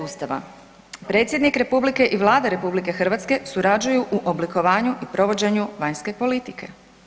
Ustava, predsjednik Republike i Vlada RH surađuju u oblikovanju i provođenju vanjske politike.